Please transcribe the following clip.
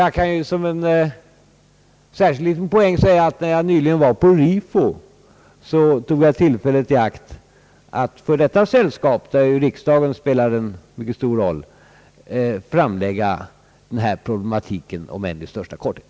Jag kan som en särskild poäng nämna att när jag nyligen var på RIFO tog jag tillfället i akt att inför detta sällskap, där ju riksdagen spelar en mycket stor roll, framlägga den här problematiken, om än i största korthet.